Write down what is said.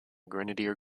grenadier